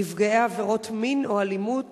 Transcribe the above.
נפגעי עבירות מין או אלימות.